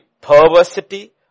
perversity